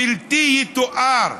בלתי יתואר.